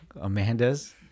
Amanda's